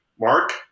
Mark